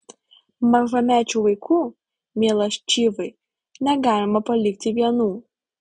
mažamečių vaikų mielas čyvai negalima palikti vienų